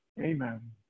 Amen